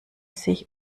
sich